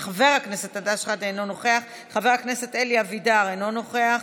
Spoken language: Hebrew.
חבר הכנסת אלי אבידר, אינו נוכח,